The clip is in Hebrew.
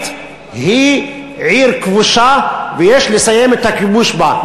היא עיר כבושה ויש לסיים את הכיבוש בה.